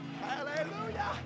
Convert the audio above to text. Hallelujah